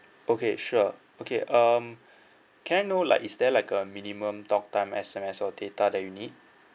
okay sure okay um can I know like is there like a minimum talk time S_M_S or data that you need